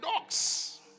dogs